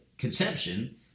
conception